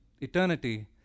eternity